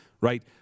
Right